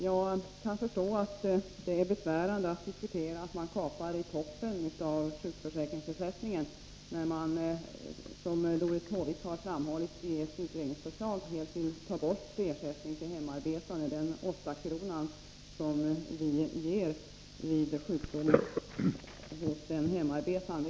Jag kan förstå att det är besvärande att diskutera en kapning av toppen i sjukförsäkringsersättningen, när man, som Doris Håvik framhållit i ett utredningsförslag, helt vill ta bort ersättningen för hemarbetande. Det gäller alltså de 8 kr. om dagen som den hemarbetande får vid sjukdom.